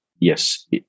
Yes